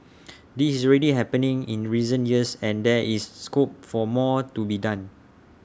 this is already happening in recent years and there is scope for more to be done